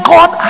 God